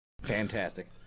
Fantastic